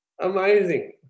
Amazing